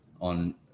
on